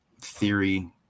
theory